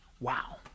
Wow